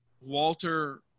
Walter